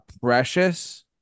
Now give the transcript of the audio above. Precious